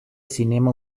cinema